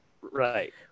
Right